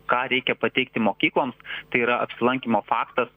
ką reikia pateikti mokykloms tai yra apsilankymo faktas